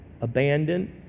abandoned